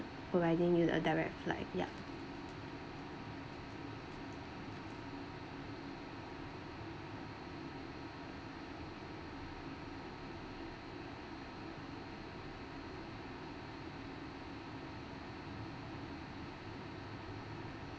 providing you the direct flight ya